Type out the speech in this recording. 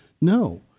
no